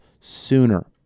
sooner